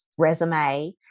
Resume